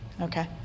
Okay